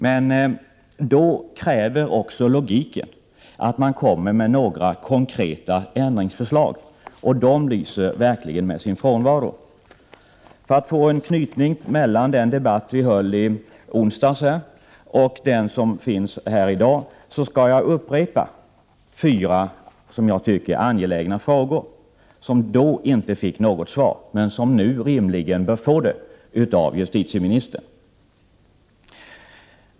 Då kräver logiken att hon kommer med några konkreta ändringsförslag, men de lyser verkligen med sin frånvaro. För att få en anknytning mellan den debatt som vi höll i onsdags och debatten här i dag skall jag upprepa fyra angelägna frågor, som då inte fick något svar men som nu rimligen bör få svar av justitieministern.